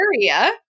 area